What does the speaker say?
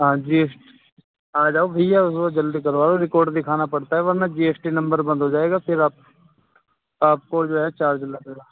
ہاں جی آ جاؤ بھیا تھوڑا جلدی کروا دو رپورٹ دکھانا پڑتا ہے ورنہ جی ایس ٹی نمبر بند ہو جائے گا پھر آپ آپ کو جو ہے چارج لگے گا